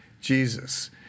Jesus